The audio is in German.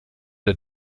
der